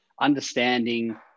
understanding